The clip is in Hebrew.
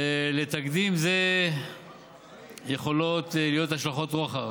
לתקדים זה יכולות להיות השלכות רוחב,